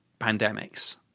pandemics